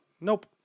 Nope